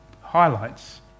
highlights